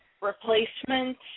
replacement